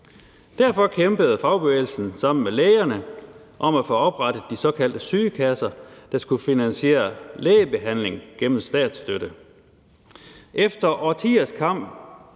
Derfor kæmpede fagbevægelsen sammen med lægerne for at få oprettet de såkaldte sygekasser, der skulle finansiere lægebehandling gennem statsstøtte. Efter årtiers kamp